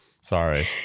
Sorry